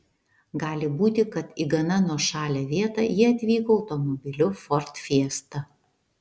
gali būti kad į gana nuošalią vietą jie atvyko automobiliu ford fiesta